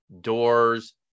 doors